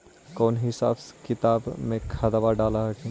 कौन हिसाब किताब से खदबा डाल हखिन?